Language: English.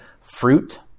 fruit